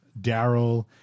Daryl